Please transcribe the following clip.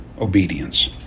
obedience